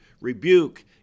rebuke